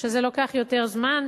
שזה לוקח יותר זמן,